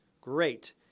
Great